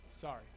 Sorry